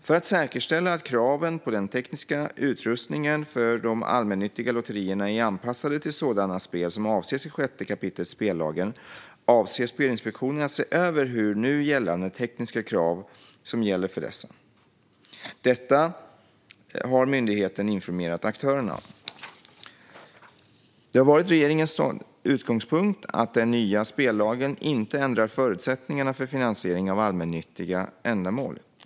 För att säkerställa att kraven på den tekniska utrustningen för de allmännyttiga lotterierna är anpassade till sådana spel som avses i 6 kap. spellagen avser Spelinspektionen att se över nu gällande tekniska krav som gäller för dessa. Detta har myndigheten informerat aktörerna om. Det har varit regeringens utgångspunkt att den nya spellagen inte ändrar förutsättningarna för finansiering av allmännyttiga ändamål.